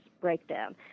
breakdown